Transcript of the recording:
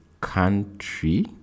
country